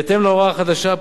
בהתאם להוראה החדשה,